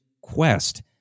quest